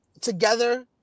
together